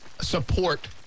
support